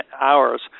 hours